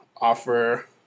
offer